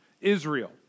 Israel